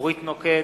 אורית נוקד,